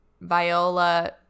viola